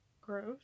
Gross